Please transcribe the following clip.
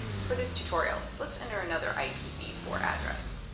for this tutorial, let's enter another i p v four address.